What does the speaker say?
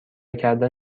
کردن